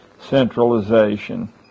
centralization